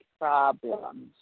problems